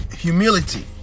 humility